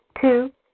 Two